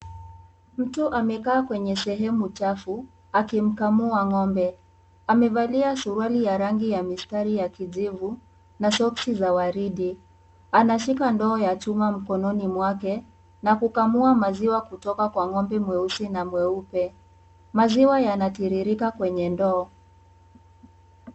Mtu amekaa kwenye sehemu chafu akimkamua ng'ombe, amevalia suruali ya rangi ya mistari ya kijivu na soksi za waridi, anashika ndoo ya chuma mkononi mwake na kukamua maziwa kutoka kwa ng'ombe mweusi na mweupe, maziwa yanatiririka kwenye ndoo.